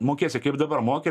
mokėsi kaip dabar moki